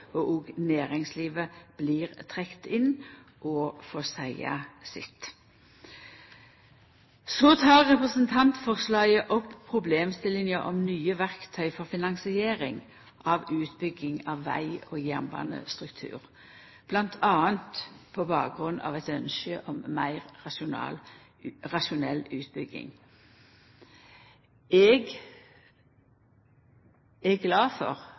og òg næringslivet blir trekte inn og får seia sitt. Representantforslaget tek opp problemstillinga om nye verktøy for finansiering av utbygging av veg- og jernbanestruktur, bl.a. på bakgrunn av eit ynske om meir rasjonell utbygging. Eg er glad for